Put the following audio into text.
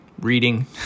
reading